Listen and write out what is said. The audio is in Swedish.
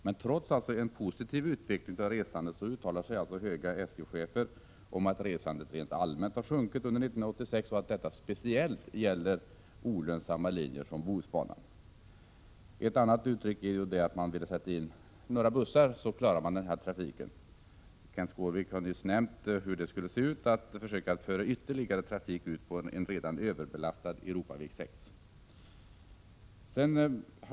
Men trots en positiv utveckling av resandet uttalar sig alltså höga SJ-chefer om att resandet rent allmänt har minskat under 1986 och att detta speciellt gäller olönsamma linjer som Bohusbanan. Ett annat uttryck är att man ville sätta in några bussar för att klara den här trafiken. Kenth Skårvik har nyss nämnt hur det skulle se ut om vi försöker att föra ut ytterligare trafik på den redan överbelastade Europaväg 6.